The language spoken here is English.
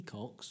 Cox